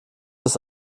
das